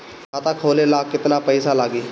खाता खोले ला केतना पइसा लागी?